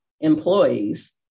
employees